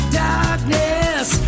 darkness